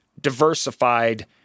diversified